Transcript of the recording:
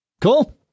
Cool